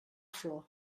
flor